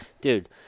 Dude